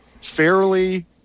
fairly